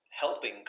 helping